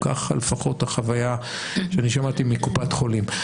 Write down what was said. כך לפחות החוויה שאני שמעתי מקופת חולים.